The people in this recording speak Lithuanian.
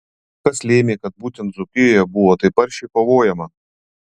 kas lėmė kad būtent dzūkijoje buvo taip aršiai kovojama